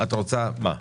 את רוצה, מה?